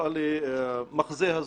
נראה לי מחזה הזוי.